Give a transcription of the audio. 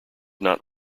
not